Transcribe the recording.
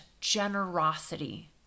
generosity